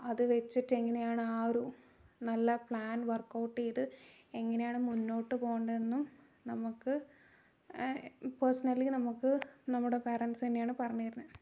അത് വച്ചിട്ട് എങ്ങനെയാണ് ആ ഒരു നല്ല പ്ലാൻ വർക്കൗട്ട് ചെയ്തു എങ്ങനെയാണ് മുന്നോട്ട് പോകണ്ടതെന്നും നമുക്ക് പേഴ്സണലി നമുക്ക് നമ്മുടെ പാരൻസ് തന്നെയാണ് പറഞ്ഞു തരുന്നത്